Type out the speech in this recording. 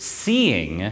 seeing